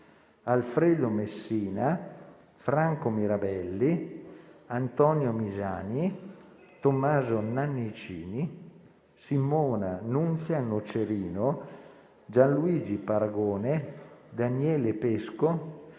Alfredo Messina, Franco Mirabelli, Antonio Misiani, Tommaso Nannicini, Simona Nunzia Nocerino, Gianluigi Paragone, Daniele Pesco,